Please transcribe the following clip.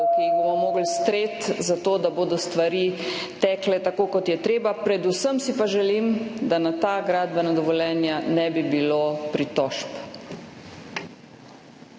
ki jih bomo morali streti zato, da bodo stvari tekle tako, kot je treba. Predvsem si pa želim, da na ta gradbena dovoljenja ne bi bilo pritožb.